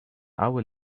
hour